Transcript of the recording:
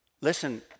Listen